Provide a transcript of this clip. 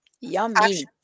Yummy